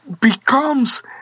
becomes